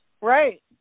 Right